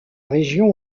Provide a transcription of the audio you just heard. région